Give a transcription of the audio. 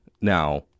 Now